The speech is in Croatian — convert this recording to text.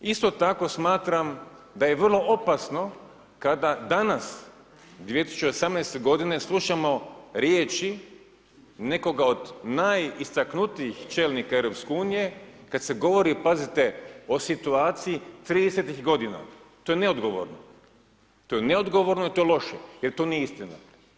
Isto tako smatram da je vrlo opasno kada danas 2018. godine slušamo riječi nekoga od najistaknutijih čelnika EU kad se govori pazite o situaciji 30 godina, to je neodgovorno, to je neodgovorno i to je loše jer to nije istina.